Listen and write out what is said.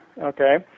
okay